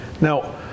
Now